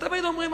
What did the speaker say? ותמיד אומרים,